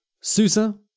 Susa